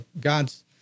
God's